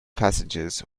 passengers